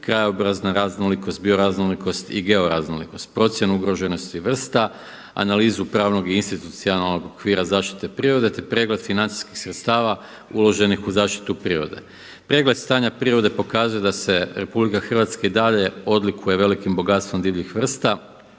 krajobrazna raznolikost, bioraznolikost i georaznolikost, procjenu ugroženosti vrsta, analizu pravnog i institucionalnog okvira zaštite prirode te pregled financijskih sredstava uloženih u zaštitu prirode. Pregled stanja prirode pokazuje da se RH i dalje odlikuje velikim bogatstvom divljih vrsta